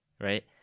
right